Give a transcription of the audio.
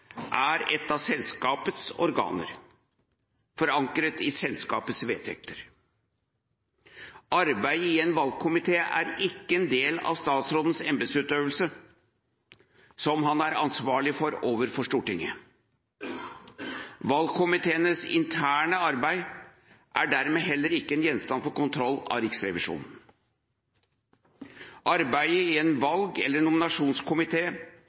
er et av selskapets organer forankret i selskapets vedtekter. Arbeidet i en valgkomité er ikke en del av statsrådens embetsutøvelse som han er ansvarlig for overfor Stortinget. Valgkomiteenes interne arbeid er dermed heller ikke gjenstand for kontroll av Riksrevisjonen. Arbeidet i en valg- eller